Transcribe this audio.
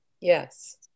Yes